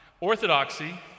orthodoxy